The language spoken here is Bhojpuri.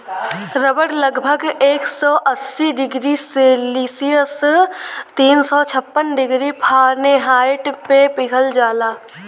रबड़ लगभग एक सौ अस्सी डिग्री सेल्सियस तीन सौ छप्पन डिग्री फारेनहाइट पे पिघल जाला